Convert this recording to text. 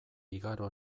igaro